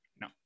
No